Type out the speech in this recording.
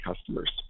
customers